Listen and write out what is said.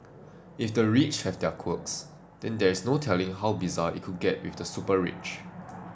if the rich have their quirks then there's no telling how bizarre it could get with the super rich